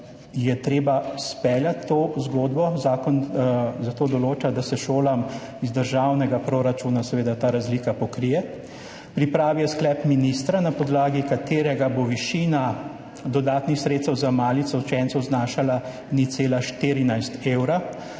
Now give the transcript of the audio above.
treba speljati to zgodbo. Zakon zato določa, da se šolam iz državnega proračuna seveda ta razlika pokrije. V pripravi je sklep ministra, na podlagi katerega bo višina dodatnih sredstev za malico učencev znašala 0,14 evra,